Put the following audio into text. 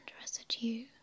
residue